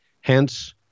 Hence